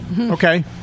Okay